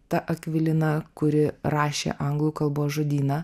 ta akvilina kuri rašė anglų kalbos žodyną